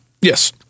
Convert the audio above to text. Yes